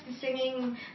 singing